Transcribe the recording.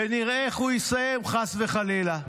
ונראה איך הוא יסיים, חס וחלילה.